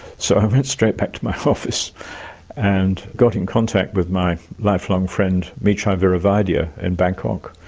so i went straight back to my office and got in contact with my lifelong friend mechai viravaidya in bangkok.